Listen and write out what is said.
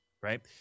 right